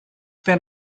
been